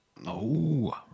No